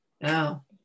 Now